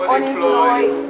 Unemployed